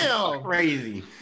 crazy